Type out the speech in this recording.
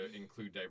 include